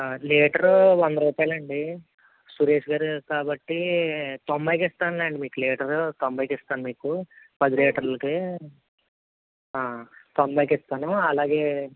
litre వంద రూపాయలు అండి సురేష్ గారు కాబట్టి తొంభైకి ఇస్తానులేండి మీకు లీటర్ తొంభైకి ఇస్తాను మీకు పది లీటర్లకి తొంభైకి ఇస్తాను అలాగే